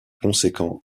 conséquent